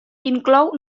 inclou